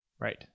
right